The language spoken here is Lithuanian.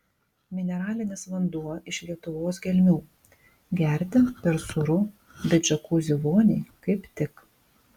mineralinis vanduo iš lietuvos gelmių gerti per sūru bet džiakuzi voniai kaip tik